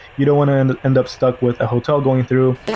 you don't want to end end up stuck with the hotel going through,